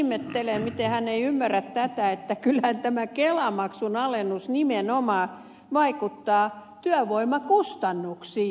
ihmettelen miten hän ei ymmärrä tätä että kyllähän tämä kelamaksun alennus nimenomaan vaikuttaa työvoimakustannuksiin